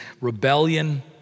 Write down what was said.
rebellion